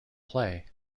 play